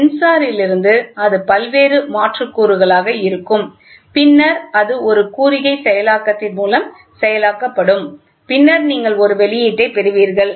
சென்சாரிலிருந்து இது பல்வேறு மாற்று கூறுகளாக இருக்கும் பின்னர் அது ஒரு குறிகை செயலாக்கத்தின் மூலம் செயலாக்கப்படும் பின்னர் நீங்கள் ஒரு வெளியீட்டைப் பெறுவீர்கள்